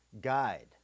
guide